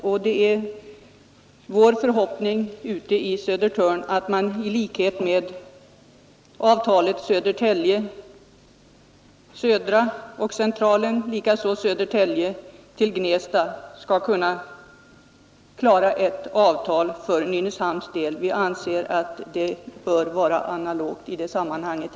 Vi i Södertörn hoppas på ett avtal för Nynäshamnsdelen liknande avtalet 21 göra järnvägsvagnar och bussar mer handikappvänliga Södertälje Södra— Södertälje C och Södertälje—Gnesta. Vi anser att det är analoga förhållanden.